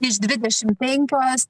iš dvidešim penkios